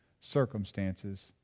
circumstances